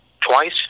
twice